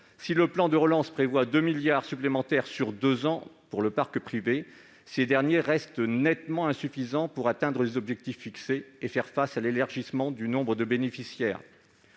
Le plan de relance prévoit certes 2 milliards d'euros supplémentaires sur deux ans pour le parc privé, mais ce montant reste nettement insuffisant pour atteindre les objectifs fixés et faire face à l'élargissement du nombre de bénéficiaires.